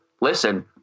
listen